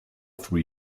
three